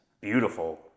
beautiful